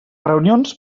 reunions